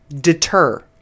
deter